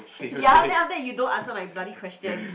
ya then after that you don't answer my bloody question